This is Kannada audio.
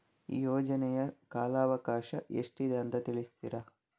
ಈ ಯೋಜನೆಯ ಕಾಲವಕಾಶ ಎಷ್ಟಿದೆ ಅಂತ ತಿಳಿಸ್ತೀರಾ?